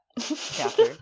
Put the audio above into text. chapter